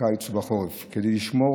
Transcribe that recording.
בקיץ ובחורף כדי לשמור.